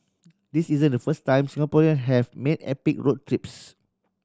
this isn't the first time Singaporean have made epic road trips